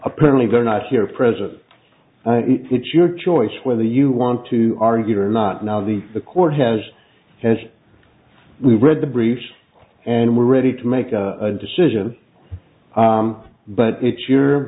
apparently they're not here at present it's your choice whether you want to argue or not now the the court has as we read the briefs and we're ready to make a decision but it's your